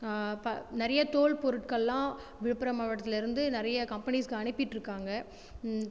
ப நிறைய தோள் பொருட்கள்லாம் விழுப்புரம் மாவட்டத்தில் இருந்தது நிறைய கம்பெனிஸ்க்கு அனுப்பிட்டுருக்காங்க